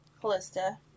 Callista